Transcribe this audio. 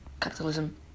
capitalism